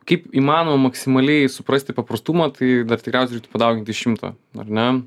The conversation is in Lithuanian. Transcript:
kaip įmanoma maksimaliai suprasti paprastumą tai dar tikriausiai padauginti iš šimto ar ne